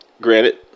granted